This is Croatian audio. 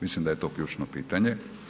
Mislim da je to ključno pitanje.